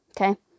Okay